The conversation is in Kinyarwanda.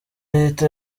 leta